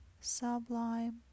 sublime